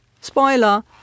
Spoiler